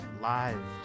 live